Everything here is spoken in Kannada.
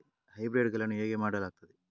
ಹೈಬ್ರಿಡ್ ಗಳನ್ನು ಹೇಗೆ ಮಾಡಲಾಗುತ್ತದೆ?